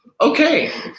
Okay